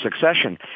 succession